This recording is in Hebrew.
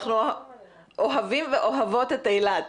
אנחנו אוהבים ואוהבות את אילת.